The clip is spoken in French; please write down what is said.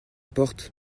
porte